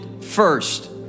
first